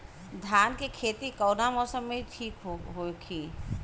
धान के खेती कौना मौसम में ठीक होकी?